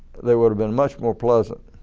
they would have been much more pleasant.